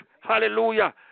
Hallelujah